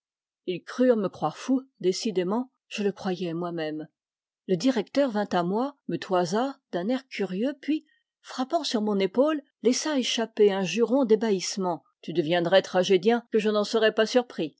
ils durent me croire fou décidément je le croyais moi-même le directeur vint à moi me toisa d'un air curieux puis frappant sur mon épaule laissa échapper un juron d'ébahissement tu deviendrais tragédien que je n'en serais pas surpris